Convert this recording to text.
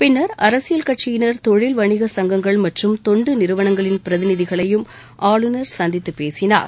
பின்னர் அரசியல் கட்சியினர் தொழில் வணிக சங்கங்கள் மற்றும் தொண்டு நிறுவனங்களின் பிரதிநிதிகளையும் ஆளுநர் சந்தித்துப் பேசினார்